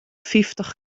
fyftich